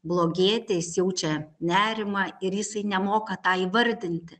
blogėti jis jaučia nerimą ir jisai nemoka tą įvardinti